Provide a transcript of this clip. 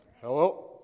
hello